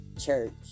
Church